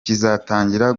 kizatangira